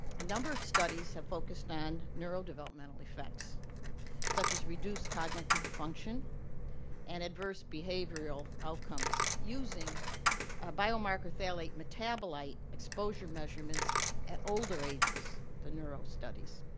studies have focus on neurodevelopmental effects such as reduced cognitive function and adverse behavioral outcomes, using biomarker phthalate metabolite exposure measurements at older ages, the neurostudies.